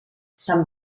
sant